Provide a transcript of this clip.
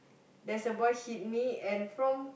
there's a boy hit me and from